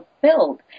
fulfilled